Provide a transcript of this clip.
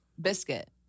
biscuit